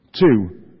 Two